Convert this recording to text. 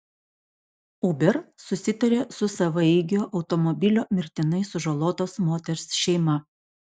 uber susitarė su savaeigio automobilio mirtinai sužalotos moters šeima